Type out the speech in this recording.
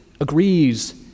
agrees